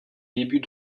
débuts